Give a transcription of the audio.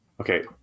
Okay